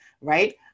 right